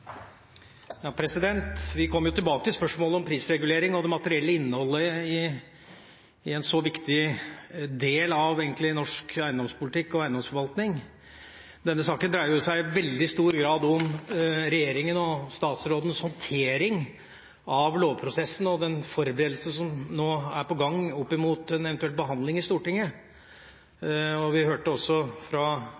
det materielle innholdet i en så viktig del, egentlig, av norsk eiendomspolitikk og eiendomsforvaltning. Denne saken dreier seg i veldig stor grad om regjeringas og statsrådens håndtering av lovprosessen og den forberedelse som nå er på gang opp mot en eventuell behandling i Stortinget.